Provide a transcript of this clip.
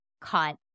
cut